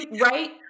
right